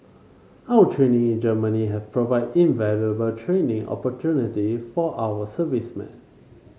our training in Germany has provided invaluable training opportunity for our servicemen